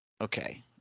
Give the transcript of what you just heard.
Okay